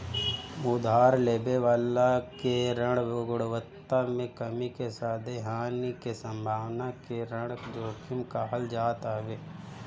उधार लेवे वाला के ऋण गुणवत्ता में कमी के साथे हानि के संभावना के ऋण जोखिम कहल जात हवे